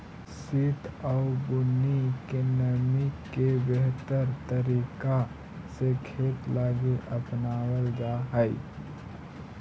सित आउ बुन्नी के नमी के बेहतर तरीका से खेती लागी अपनाबल जा हई